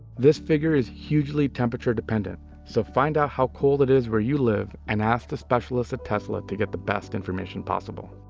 this figure is hugely temperature dependent, so find ah how cold it gets where you live, and ask the specialists at tesla, to get the best information possible.